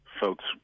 folks